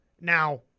now